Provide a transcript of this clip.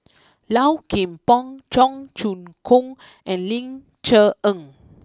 Low Kim Pong Cheong Choong Kong and Ling Cher Eng